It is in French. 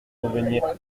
reveniez